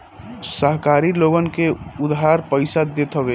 सहकारी लोगन के उधार पईसा देत हवे